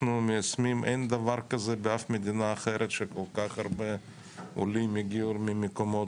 אין דבר כזה באף מדינה אחרת שכל-כך הרבה עולים הגיעו ממקומות